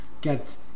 get